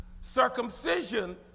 Circumcision